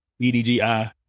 BDGI